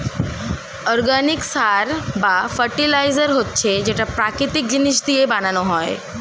organic সার বা fertiliser হচ্ছে যেটা প্রাকৃতিক জিনিস দিয়ে বানানো হয়